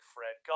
Fred